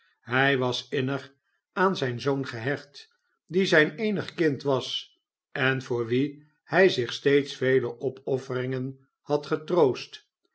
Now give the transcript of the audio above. hij was innig aan zijn zoon gehecht die zijn eenig kind was en voor wien hij zich steeds vele opofferingen had getroost